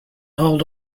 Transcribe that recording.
hold